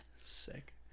Sick